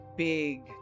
big